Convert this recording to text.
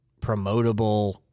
promotable